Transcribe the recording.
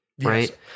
right